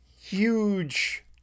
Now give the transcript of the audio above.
huge